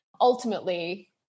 Ultimately